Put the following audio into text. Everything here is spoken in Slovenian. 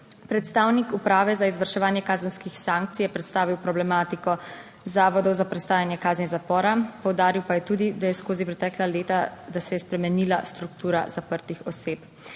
Predstavnik Uprave za izvrševanje kazenskih sankcij je predstavil problematiko zavodov za prestajanje kazni zapora, poudaril pa je tudi, da je skozi pretekla leta, da se je spremenila struktura zaprtih oseb.